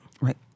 Right